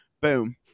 Boom